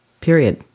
Period